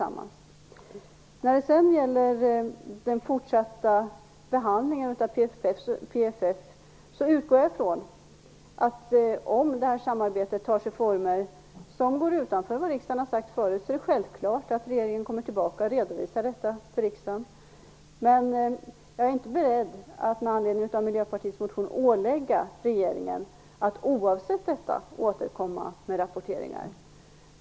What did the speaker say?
Angående den fortsatta behandlingen av PFF utgår jag ifrån att om samarbetet tar sig former som går utanför det som riksdagen har angivit är det självklart att regeringen återkommer och redovisar detta för riksdagen. Men jag är inte beredd att med anledning av Miljöpartiets motion ålägga regeringen att oavsett detta återkomma med rapporteringar.